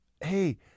hey